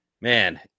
Man